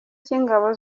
cy’ingabo